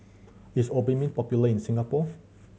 is Obimin popular in Singapore